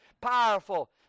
powerful